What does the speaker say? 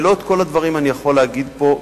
ולא את כל הדברים אני יכול להגיד פה,